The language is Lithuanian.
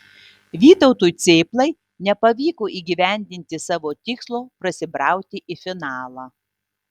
vytautui cėplai nepavyko įgyvendinti savo tikslo prasibrauti į finalą